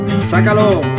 Sácalo